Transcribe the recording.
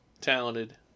talented